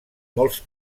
molts